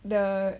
the